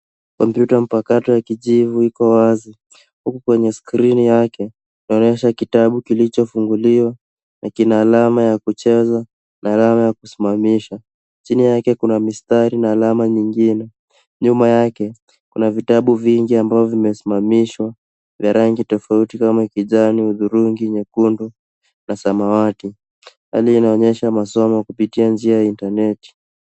Kompyuta mpakato ya kijivu iko wazi huku kwenye skrini yake inaonyesha kitabu kilichofunguliwa na kina alama ya kucheza na alama ya kusimamisha. Chini yake kuna mistari na alama nyingine. Nyuma yake kuna vitabu nje ambayo vimesimamishwa vya rangi tofauti kama kijani, hudhurungi, nyekundu na samawati. Hali inaonyesha masomo kupitia njia ya intaneti.